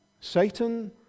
Satan